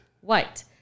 white